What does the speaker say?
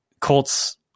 Colts